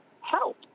help